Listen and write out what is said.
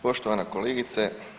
Poštovana kolegice.